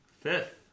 fifth